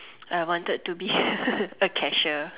I wanted to be a cashier